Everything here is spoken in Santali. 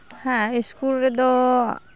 ᱦᱮᱸ ᱥᱠᱩᱞ ᱨᱮᱫᱚ